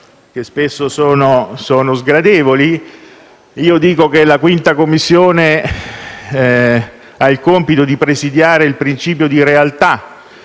che spesso sono sgradevoli. Io dico che la 5a Commissione ha il compito di presidiare il principio di realtà,